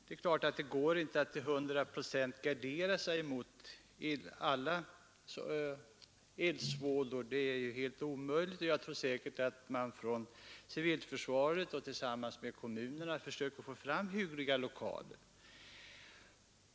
Man kan inte till 100 procent gardera sig mot eldsvådor — det är omöjligt. Jag tror säkert att civilförsvaret tillsammans med kommunerna försöker få fram hyggliga lokaler.